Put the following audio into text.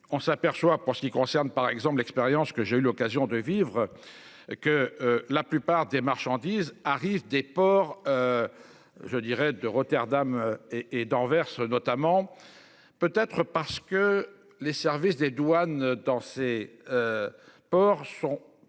on s'aperçoit pour ce qui concerne par exemple l'expérience que j'ai eu l'occasion de vivre. Que la plupart des marchandises arrivent des ports. Je dirais, de Rotterdam et et d'Anvers-notamment. Peut être parce que les services des douanes dans ces. Ports sont